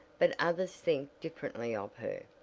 but others think differently of her.